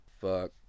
fuck